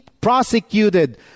prosecuted